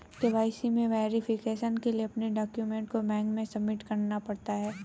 KYC में verification के लिए अपने डाक्यूमेंट को बैंक में सबमिट करना पड़ता है